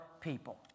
people